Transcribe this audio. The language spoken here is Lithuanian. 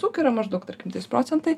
ūkiui yra maždaug tarkim trys procentai